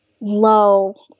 low